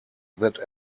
that